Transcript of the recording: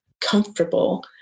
comfortable